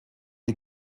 die